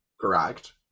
Correct